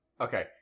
Okay